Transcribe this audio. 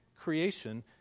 creation